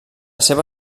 seva